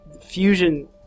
fusion